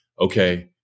okay